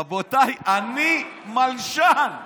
רבותיי, אני מלשן.